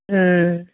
ம்